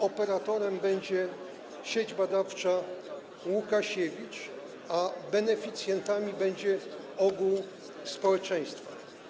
Operatorem będzie Sieć Badawcza Łukasiewicz, a beneficjentem będzie ogół społeczeństwa.